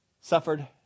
suffered